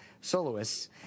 soloists